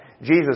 Jesus